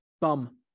Bum